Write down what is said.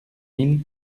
mille